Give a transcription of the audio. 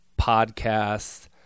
podcasts